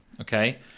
okay